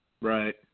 Right